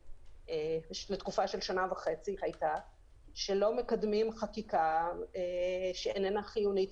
שנה וחצי היו שלא מקדמים חקיקה שאיננה חיונית,